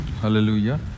Hallelujah